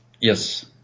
yes